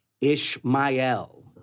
ishmael